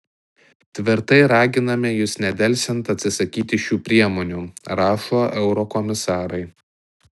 tvirtai raginame jus nedelsiant atsisakyti šių priemonių rašo eurokomisarai